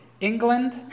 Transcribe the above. England